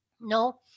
No